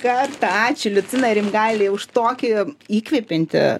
kartą ačiū liucinai rimgailei už tokį įkvepiantį